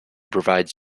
provides